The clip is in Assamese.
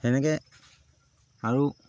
সেনেকে আৰু